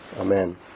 Amen